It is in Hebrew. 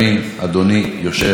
אדוני היושב-ראש,